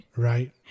Right